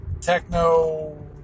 techno